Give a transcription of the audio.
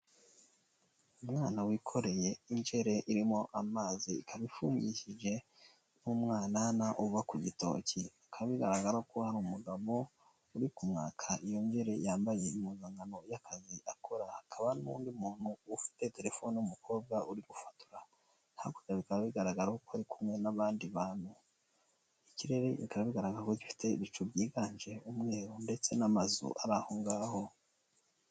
umwana wikoreye inje irimo amazi ikaba ifungishije nk'umwanaanava ku gitoki akaba bigaragara ko hari umugabo uri kumwaka iyongere yambaye impozankano y'akazi akora hakaba n'undi muntu ufite telefonine'umukobwa uri gufotora nta bikaba bigaragaraho ko ari kumwe n'abandi bantu ikirere kigaragara nk ko gifite ibicu byiganje umweru ndetse n'amazu ari aho ngaho